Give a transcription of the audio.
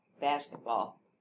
basketball